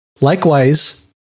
Likewise